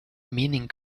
meaning